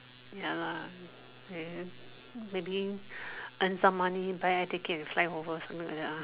ya lah maybe earn some money buy a ticket to fly over something like that lah